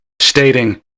stating